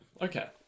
Okay